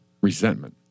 Resentment